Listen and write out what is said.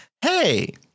Hey